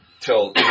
Till